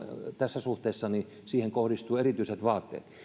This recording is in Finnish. tässä suhteessa niihin kohdistuvat erityiset vaateet